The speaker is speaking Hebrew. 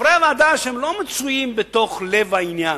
חברי הוועדה, שלא מצויים בלב העניין,